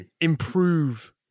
improve